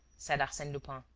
said arsene lupin.